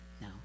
No